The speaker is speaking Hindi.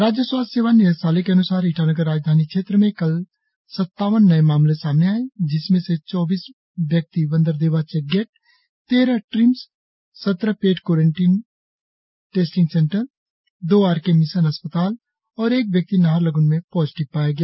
राज्य स्वास्थ्य सेवा निदेशालय के अन्सार ईटानगर राजधानी क्षेत्र में कल स्त्तावन नए मामले सामने आए जिसमे से चौबीस व्यक्ति बंदरदेवा चेकगेट तेरह ट्रिम्स सत्रह पेड क्वारेंटिन टेस्टिंग सेंटर दो आरके मिशन अस्पताल और एक व्यक्ति नाहरलगुन में पॉजिटिव पाया गया